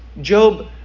Job